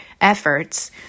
efforts